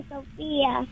Sophia